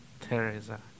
Teresa